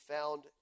found